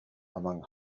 among